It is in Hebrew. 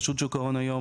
היום,